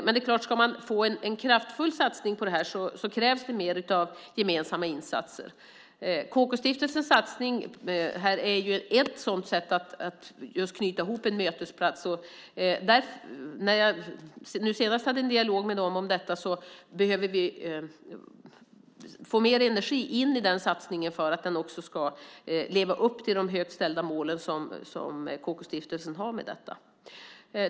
Men det är klart att det, om man ska få en kraftfull satsning på det här, krävs mer av gemensamma insatser. KK-stiftelsens satsning här är ett sådant sätt att just knyta ihop en mötesplats. När jag senast hade en dialog med dem om detta gällde det att vi behöver få in mer energi i den satsningen för att den också ska leva upp till de högt ställda målen som KK-stiftelsen har med detta.